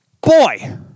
Boy